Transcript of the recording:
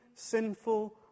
sinful